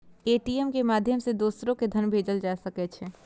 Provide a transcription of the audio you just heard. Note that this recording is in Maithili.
ए.टी.एम के माध्यम सं दोसरो कें धन भेजल जा सकै छै